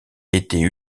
étaient